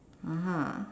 (uh huh)